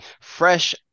Fresh